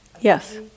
Yes